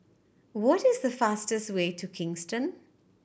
what is the fastest way to Kingston